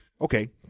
Okay